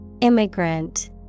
Immigrant